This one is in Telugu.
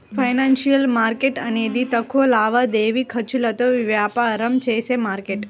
ఫైనాన్షియల్ మార్కెట్ అనేది తక్కువ లావాదేవీ ఖర్చులతో వ్యాపారం చేసే మార్కెట్